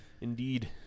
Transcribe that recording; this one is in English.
Indeed